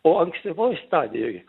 o ankstyvoj stadijoj